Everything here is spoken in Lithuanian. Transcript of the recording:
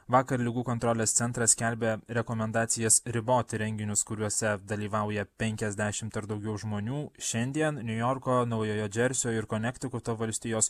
vakar ligų kontrolės centras skelbė rekomendacijas riboti renginius kuriuose dalyvauja penkiasdešimt ar daugiau žmonių šiandien niujorko naujojo džersio ir konektikuto valstijos